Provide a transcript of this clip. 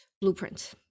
blueprint